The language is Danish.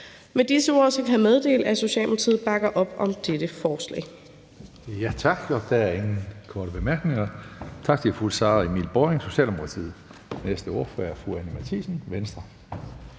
Med disse ord kan jeg meddele, at Socialdemokratiet bakker op om dette forslag.